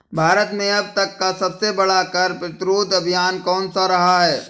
भारत में अब तक का सबसे बड़ा कर प्रतिरोध अभियान कौनसा रहा है?